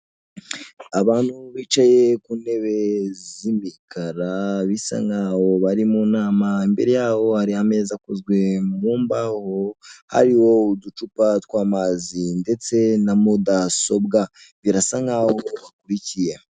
Abantu bicaye ku ntebe z'imikara bisa nkaho bari mu nama, imbere yaho hari ameza akozwe mu mbaho ariho uducupa tw'amazi, ndetse na mudasobwa birasa nkaho bakurikiye.